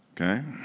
Okay